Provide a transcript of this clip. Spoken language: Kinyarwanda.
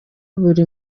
buri